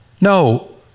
No